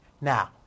Now